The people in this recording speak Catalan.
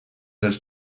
dels